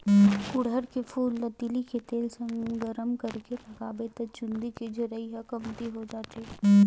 गुड़हल के फूल ल तिली के तेल संग गरम करके लगाबे त चूंदी के झरई ह कमती हो जाथे